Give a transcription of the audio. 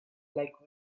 like